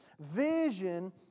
Vision